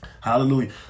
Hallelujah